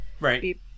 Right